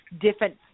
different